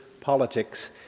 politics